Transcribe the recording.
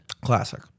classic